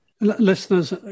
Listeners